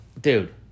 dude